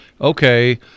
Okay